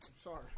Sorry